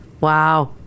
Wow